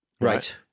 Right